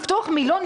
לפתוח מיליון,